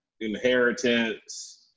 inheritance